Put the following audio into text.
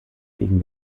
wegen